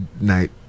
night